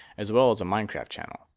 as well as a minecraft channel.